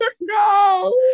no